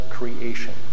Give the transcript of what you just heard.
creation